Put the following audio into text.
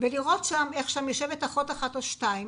ולראות איך יושבת שם אחות או שתיים